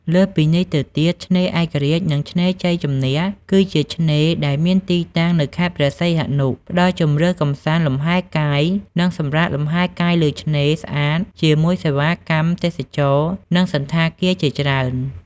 លើសពីនេះទៅទៀតឆ្នេរឯករាជ្យ និង ឆ្នេរជ័យជំនះគឺជាឆ្នេរដែលមានទីតាំងនៅខេត្តព្រះសីហនុ ផ្តល់ជម្រើសកម្សាន្តលំហែកាយ និងសម្រាកលំហែកាយលើឆ្នេរ ស្អាត ជាមួយសេវាកម្មទេសចរណ៍ និងសណ្ឋាគារជាច្រើន។